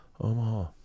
Omaha